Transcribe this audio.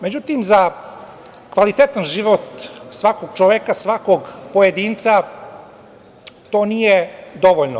Međutim, za kvalitetan život svakog čoveka, svakog pojedinca to nije dovoljno.